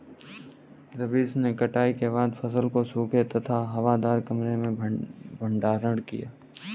रवीश ने कटाई के बाद फसल को सूखे तथा हवादार कमरे में भंडारण किया